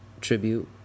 tribute